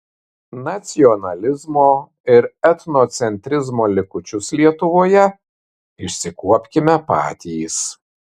nacionalizmo ir etnocentrizmo likučius lietuvoje išsikuopkime patys